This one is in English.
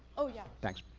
oh yeah. thanks.